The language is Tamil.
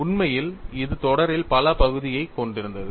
உண்மையில் இது தொடரில் பல பகுதியைக் கொண்டிருந்தது